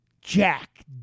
Jack